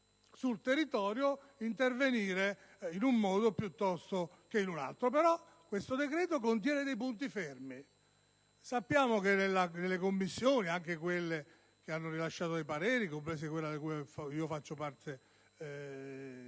sul territorio potrà intervenire in un modo piuttosto che in un altro. Questo decreto, però, contiene dei punti fermi: sappiamo che nelle Commissioni, anche in quelle che hanno rilasciato dei pareri (compresa quella di cui faccio parte